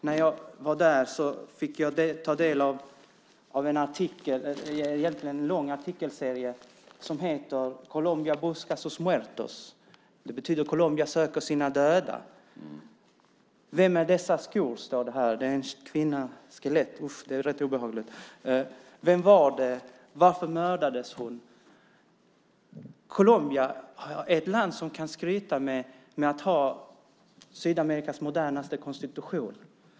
När jag var där fick jag ta del av den artikel som jag visar upp för kammarens ledamöter. Det var egentligen en lång artikelserie med titeln "Colombia busca a sus muertos", vilket betyder "Colombia söker sina döda". En av rubrikerna lyder "Vems är dessa skor?" och visar en kvinnas skelett. Usch, det är rätt obehagligt. Vem var det? Varför mördades hon? Colombia är ett land som kan skryta med att ha Sydamerikas modernaste konstitution.